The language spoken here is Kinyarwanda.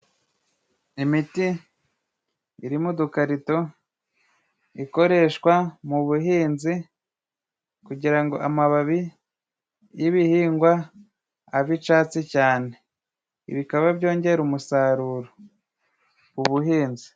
Imiti iri mu dukarito ikoreshwa mu buhinzi kugirango amababi y'ibihingwa abe icatsi cyane. Ibi bikaba byongera umusaruro k'ubuhinzi.